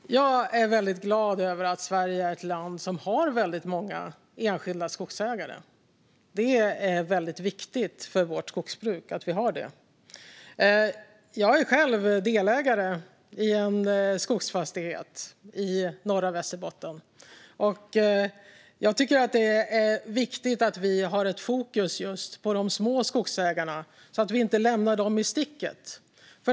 Fru talman! Jag är väldigt glad över att Sverige är ett land som har många enskilda skogsägare. Det är viktigt för vårt skogsbruk att vi har det. Jag är själv delägare i en skogsfastighet i norra Västerbotten, och jag tycker att det är viktigt att vi just har ett fokus på de små skogsägarna och inte lämnar dem i sticket.